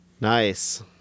Nice